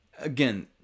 Again